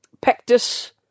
Pectus